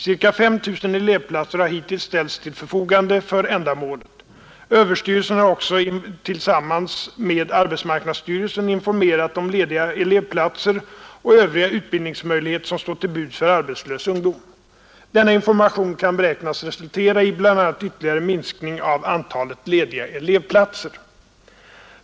Ca 5 000 elevplatser har hittills ställts till förfogande för ändamalet. Överstyrelsen har också tillsammans med arbetsmarknadsstyrelsen informerat om lediga elevplatser och övriga utbildningsmöjligheter som står till buds för arbetslös ungdom. Denna information kan beräknas resultera i bl.a. ytterligare minskning av antalet lediga elevplutser.